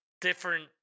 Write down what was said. different